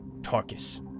Tarkus